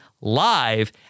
live